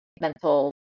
mental